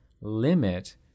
limit